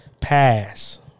pass